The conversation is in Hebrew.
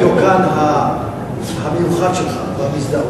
ראיתי את הדיוקן המיוחד שלך במסדרון.